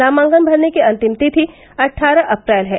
नामांकन भरने की अंतिम तिथि अट्ठारह अप्रैल है